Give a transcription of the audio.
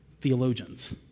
theologians